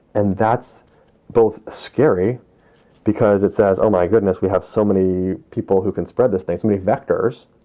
and that's both scary because it says, oh, my goodness, we have so many people who can spread this thing, so many vectors.